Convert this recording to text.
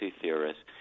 theorists